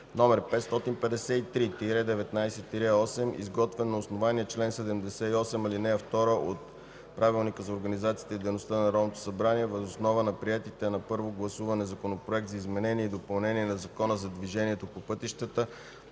№ 553-19-8, изготвен на основание чл. 78, ал. 2 от Правилника за организацията и дейността на Народното събрание въз основа на приетите на първо гласуване Законопроект за изменение и допълнение на Закона за движението по пътищата,